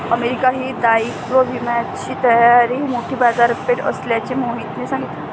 America ही दायित्व विम्याची सर्वात मोठी बाजारपेठ असल्याचे मोहितने सांगितले